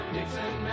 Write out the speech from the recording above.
Nixon